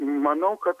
manau kad